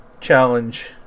challenge